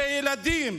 זה ילדים.